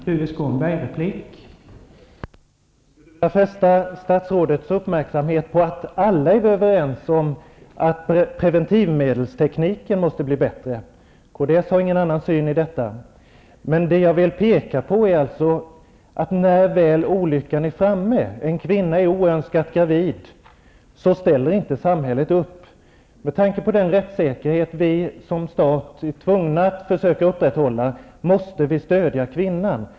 Herr talman! Jag skulle vilja fästa statsrådets uppmärksamhet på att alla är överens om att preventivmedelstekniken måste bli bättre. Kds har ingen annan syn i detta hänseende. Men det jag vill påpeka är att när väl olyckan är framme, en kvinna är oönskat gravid, ställer inte samhället upp. Med tanke på den rättssäkerhet som vi som stat är tvungna att upprätthålla måste vi stödja kvinnan.